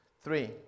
Three